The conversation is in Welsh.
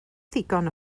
ddigon